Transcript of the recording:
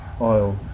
oil